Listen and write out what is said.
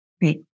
Great